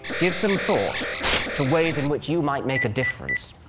give some thought to ways in which you might make a difference.